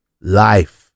Life